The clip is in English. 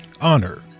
honor